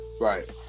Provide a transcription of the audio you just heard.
Right